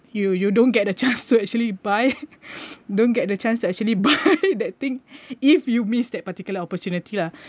you you don't get the chance to actually buy don't get the chance to actually buy that thing if you miss that particular opportunity lah